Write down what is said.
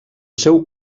seu